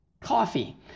coffee